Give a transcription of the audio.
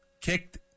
kicked